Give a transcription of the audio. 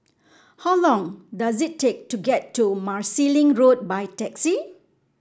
how long does it take to get to Marsiling Road by taxi